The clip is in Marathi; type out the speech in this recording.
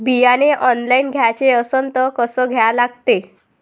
बियाने ऑनलाइन घ्याचे असन त कसं घ्या लागते?